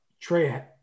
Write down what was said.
Trey